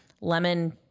lemon